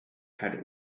had